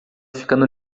ficando